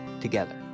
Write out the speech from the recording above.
together